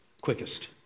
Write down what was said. quickest